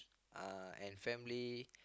uh and family